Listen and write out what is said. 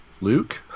Luke